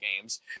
games